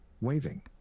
Waving